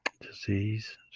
disease